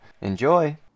Enjoy